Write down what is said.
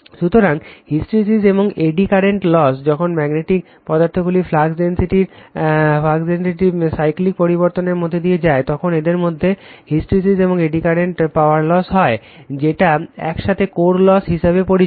সুতরাং হিস্টেরেসিস এবং eddy current loss যখন ম্যাগনেটিক পদার্থগুলি ফাক্স ডেনসিটির সাইক্লিক পরিবর্তনের মধ্য দিয়ে যায় তখন এদের মধ্যে হিস্টেরেসিস এবং এডি কারেন্ট পাওয়ার লস হয় যেটা একসাথে কোর লস হিসাবে পরিচিত